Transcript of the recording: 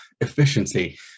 efficiency